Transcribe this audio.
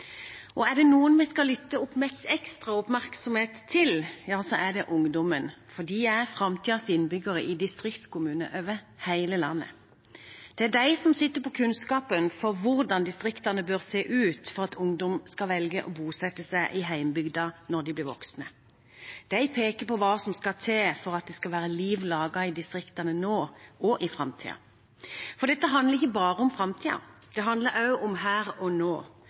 distriktsmelding. Er det noen vi skal lytte med ekstra oppmerksomhet til, så er det ungdommen, for de er framtidens innbyggere i distriktskommuner over hele landet. Det er de som sitter på kunnskapen om hvordan distriktene bør se ut for at ungdom skal velge å bosette seg i hjembygden når de blir voksne. De peker på hva som skal til for at det skal være liv laga i distriktene nå og i framtiden. Dette handler ikke bare om framtiden, det handler også om her og nå.